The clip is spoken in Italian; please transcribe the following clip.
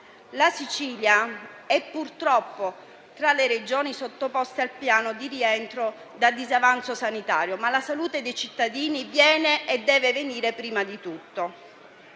La Sicilia è purtroppo tra le Regioni sottoposte al Piano di rientro da disavanzo sanitario, ma la salute dei cittadini viene e deve venire prima di tutto.